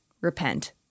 repent